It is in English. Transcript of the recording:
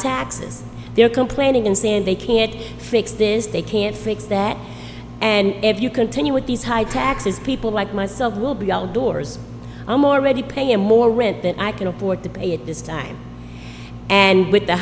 taxes they are complaining and saying they can't fix this they can't fix that and if you continue with these high taxes people like myself will be outdoors i'm already paying more rent that i can afford to pay at this time and with the